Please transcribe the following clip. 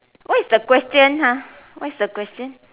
what is the question ah what is the question